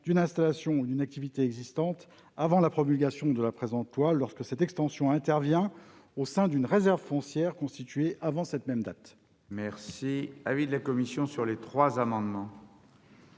d'une installation ou d'une activité existant avant la promulgation de la présente loi, lorsque cette extension intervient au sein d'une réserve foncière constituée avant cette même promulgation. Quel est l'avis de la commission des affaires